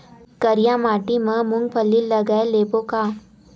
करिया माटी मा मूंग फल्ली लगय लेबों का?